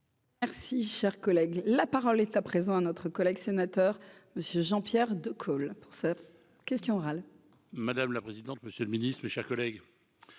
Merci, cher collègue, la parole est à présent à notre collègue sénateur, monsieur Jean-Pierre Decool pour cette question orale. Madame la présidente, monsieur le Ministre, mes chers collègues,